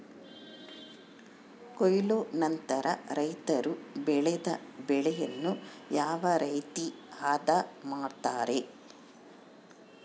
ಕೊಯ್ಲು ನಂತರ ರೈತರು ಬೆಳೆದ ಬೆಳೆಯನ್ನು ಯಾವ ರೇತಿ ಆದ ಮಾಡ್ತಾರೆ?